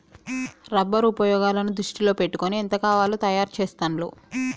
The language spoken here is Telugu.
రబ్బర్ ఉపయోగాలను దృష్టిలో పెట్టుకొని ఎంత కావాలో తయారు చెస్తాండ్లు